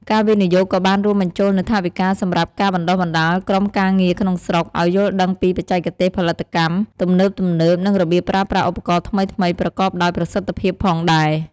ការវិនិយោគក៏បានរួមបញ្ចូលនូវថវិកាសម្រាប់ការបណ្តុះបណ្តាលក្រុមការងារក្នុងស្រុក ឱ្យយល់ដឹងពីបច្ចេកទេសផលិតកម្មទំនើបៗ និងរបៀបប្រើប្រាស់ឧបករណ៍ថ្មីៗប្រកបដោយប្រសិទ្ធភាពផងដែរ។